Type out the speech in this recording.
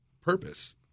purpose